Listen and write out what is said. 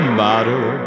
matter